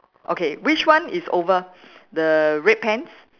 okay which one is over the red pants